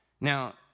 Now